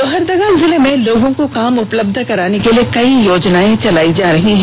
लोहरदगा जिले में लोगों को काम उपलब्ध कराने के लिए कई योजना चलाई जा रही है